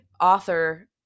author